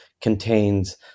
contains